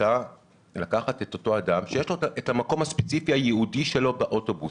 הייתה לקחת את אותו אדם שיש לו המקום הספציפי הייעודי שלו באוטובוס,